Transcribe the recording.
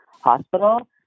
hospital